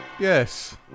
Yes